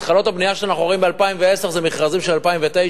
התחלות הבנייה שאנחנו רואים ב-2010 זה מכרזים של 2009,